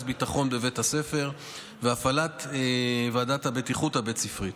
ביטחון בבית הספר והפעלת ועדת הבטיחות הבית-ספרית.